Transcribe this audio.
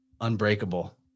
unbreakable